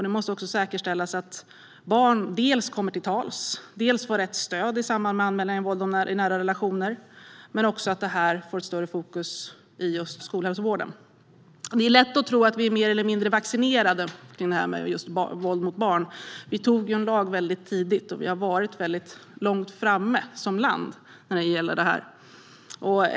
Det måste säkerställas att barn dels kommer till tals, dels får rätt stöd i samband med anmälningar om våld i nära relationer men också att man fokuserar mer på detta i skolhälsovården. Det är lätt att tro att vi är mer eller mindre vaccinerade när det gäller våld mot barn. Vi antog tidigt en lag, och vi har varit långt framme som land när det gäller det här.